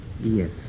Yes